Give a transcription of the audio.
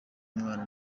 umwana